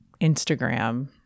instagram